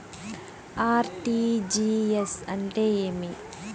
RTGS అంటే ఏమి?